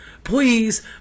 Please